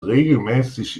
regelmäßig